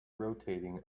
rotating